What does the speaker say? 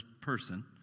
person